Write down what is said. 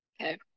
Okay